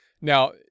now